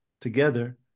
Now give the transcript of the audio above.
together